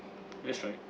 that's right